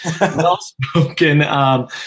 Well-spoken